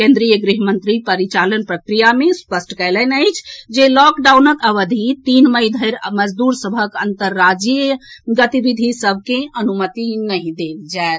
केन्द्रीय गृह सचिव परिचालन प्रक्रिया मे स्पष्ट कएलनि अछि जे लॉकडाउनक अवधि तीन मई धरि मजदूर सभक अन्तर्राज्यीय गतिविधि सभ के अनुमति नहि देल जाएत